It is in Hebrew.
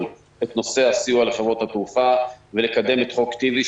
את נושא הסיוע לחברות התעופה ולקדם את חוק טיבי,